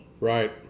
Right